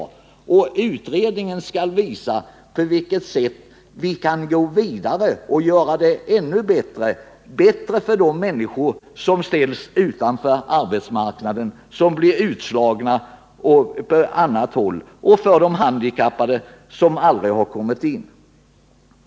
Den nya utredningen skall visa på vilket sätt vi kan gå vidare och göra det bättre för de människor som ställs utanför arbetsmarknaden, för dem som blir utslagna och för de handikappade som aldrig har kommit in på arbetsmarknaden.